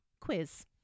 quiz